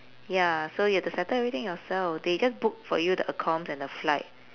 ya so you have to settle everything yourself they just book for you the accoms and the flight